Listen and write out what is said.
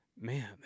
man